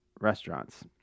restaurants